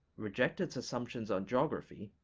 reject its assumptions on geography,